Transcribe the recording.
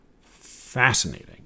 fascinating